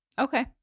Okay